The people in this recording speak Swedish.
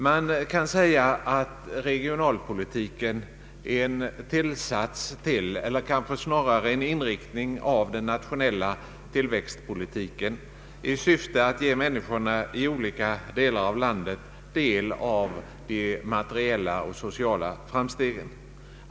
Man kan säga att regionalpolitiken är en tillsats till eller kanske snarare en inriktning av den nationella tillväxtpolitiken i syfte att ge människorna i olika delar av landet del av de materiella framstegen.